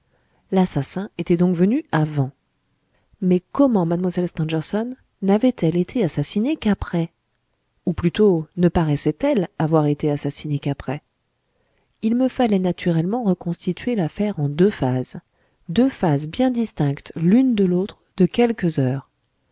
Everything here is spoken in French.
l'assassin était donc venu avant mais comment mlle stangerson n'avait-elle été assassinée qu'après ou plutôt ne paraissait-elle avoir été assassinée qu'après il me fallait naturellement reconstituer l'affaire en deux phases deux phases bien distinctes l'une de l'autre de quelques heures